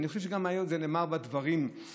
ואני חושב שזה גם נאמר בדברים שלך,